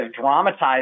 dramatized